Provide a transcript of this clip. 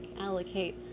allocate